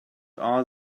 are